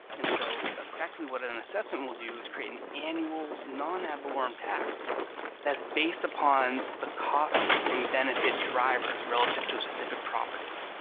and so effectively what an assessment will do is create an annual non ad-valorem tax that's based upon the cost and benefit drivers relative to a specific property.